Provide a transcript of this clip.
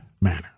manner